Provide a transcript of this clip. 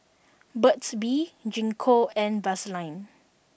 Burt's bee Gingko and Vaselin